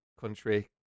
country